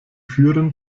führen